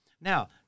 Now